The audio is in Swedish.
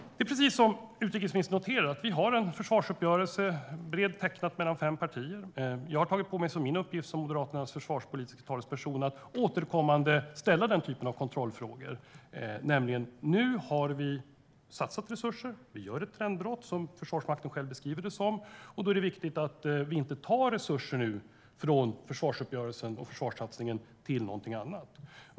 Det är precis som utrikesministern noterar - vi har en bred försvarsuppgörelse mellan fem partier. Jag har som Moderaternas försvarspolitiske talesperson tagit på mig som min uppgift att återkommande ställa den här typen av kontrollfrågor. Nu har vi satsat resurser. Vi gör ett trendbrott, som Försvarsmakten själv beskriver det. Då är det viktigt att vi inte tar resurser från försvarsuppgörelsen och försvarssatsningen till någonting annat.